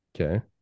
Okay